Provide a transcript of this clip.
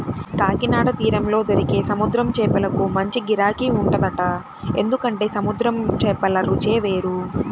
కాకినాడ తీరంలో దొరికే సముద్రం చేపలకు మంచి గిరాకీ ఉంటదంట, ఎందుకంటే సముద్రం చేపల రుచే వేరు